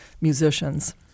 musicians